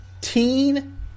Teen